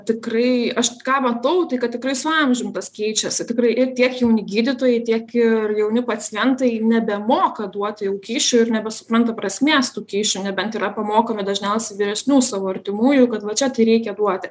tikrai aš ką matau tai kad tikrai su amžium tas keičiasi tikrai ir tiek jauni gydytojai tiek ir jauni pacientai nebemoka duoti jau kyšių ir nebesupranta prasmės tų kyšių nebent yra pamokomi dažniausiai vyresnių savo artimųjų kad va čia tai reikia duoti